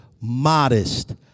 modest